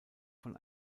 von